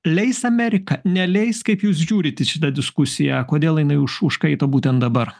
leis amerika neleis kaip jūs žiūrit į šitą diskusiją kodėl jinai už užkaito būtent dabar